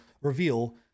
reveal